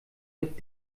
mit